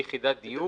ביחידת דיור,